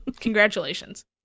Congratulations